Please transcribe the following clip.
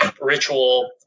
ritual